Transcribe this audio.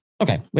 Okay